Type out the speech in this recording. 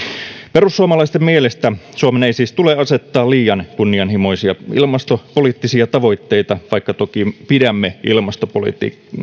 perussuomalaisten mielestä suomen ei siis tule asettaa liian kunnianhimoisia ilmastopoliittisia tavoitteita vaikka toki pidämme ilmastopolitiikan